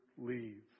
leave